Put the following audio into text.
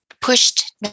pushed